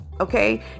Okay